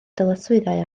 dyletswyddau